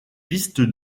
pistes